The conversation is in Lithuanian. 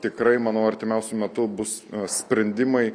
tikrai manau artimiausiu metu bus sprendimai